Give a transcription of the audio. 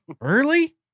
early